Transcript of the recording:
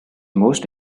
most